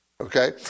Okay